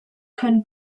können